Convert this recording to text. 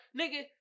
nigga